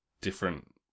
different